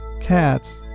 cats